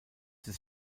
des